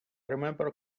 remember